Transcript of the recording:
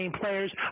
Players